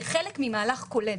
זה חלק ממהלך כולל.